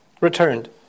returned